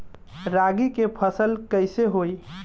रागी के फसल कईसे होई?